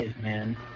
man